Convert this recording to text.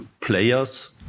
players